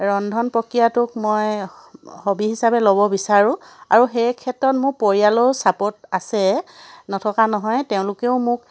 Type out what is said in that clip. ৰন্ধন প্ৰক্ৰিয়াটোক মই হবী হিচাপে ল'ব বিচাৰোঁ আৰু সেই ক্ষেত্ৰত মোৰ পৰিয়ালৰো ছাপোৰ্ট আছে নথকা নহয় তেওঁলোকেও মোক